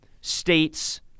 States